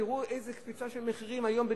תראו איזה קפיצת מחירים יש היום בדימונה,